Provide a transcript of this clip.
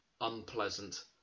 unpleasant